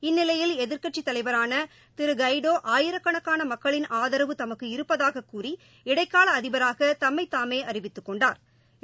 இந்நிலையில் எதிர்க்கட்சி தலைவரான திரு ஹைடோ ஆயிரக்கணக்கான மக்களின் ஆதரவு தமக்கு இருப்பதாகக் கூறிஇடைக்கால அதிபராக தம்மை தாமே அறிவித்துக் கொண்டாா்